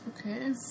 Okay